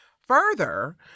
Further